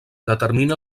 determina